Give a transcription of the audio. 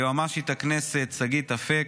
ליועמ"שית הכנסת שגית אפק.